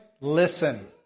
listen